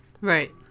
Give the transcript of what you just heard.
Right